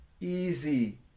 Easy